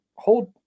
hold